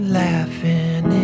laughing